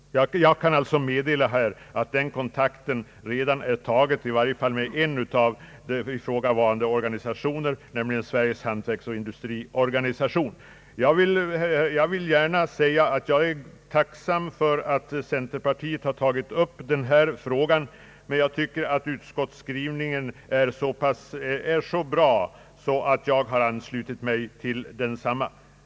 Jag kan meddela att den kontakten redan har tagits, i varje fall med en av de ifrågavarande organisationerna, nämligen Sveriges hantverksoch industriorganisation. Jag tycker det är bra att centerpartiet aktualiserat denna fråga, men utskottsskrivningen är så bra att jag kan ansluta mig till densamma.